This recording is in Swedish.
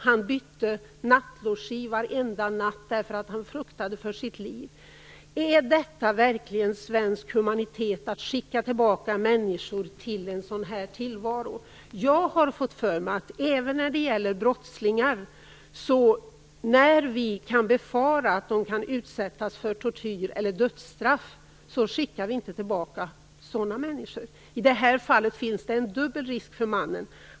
Han bytte nattlogi varenda natt därför att han fruktade för sitt liv. Är det verkligen svensk humanitet att skicka tillbaka människor till en sådan tillvaro? Jag har fått för mig att även brottslingar inte skickas tillbaka, när vi kan befara att de kommer att utsättas för tortyr eller dödsstraff. I det här fallet finns det en dubbel risk för mannen.